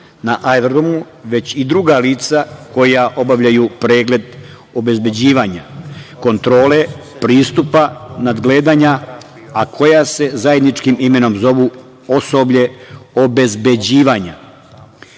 na aerodromu, već i druga lica koja obavljaju pregled obezbeđivanja kontrole, pristupa, nadgledanja, a koja se zajedničkim imenom zovu osobe obezbeđivanja.